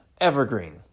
Evergreen